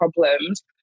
problems